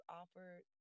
offered